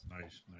nice